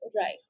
right